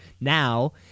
now